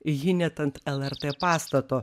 ji net ant lrt pastato